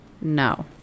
no